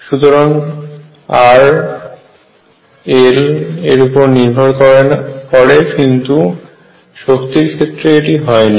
সুতরাং r l এর উপরে নির্ভর করে কিন্তু শক্তির ক্ষেত্রে এটি হয় না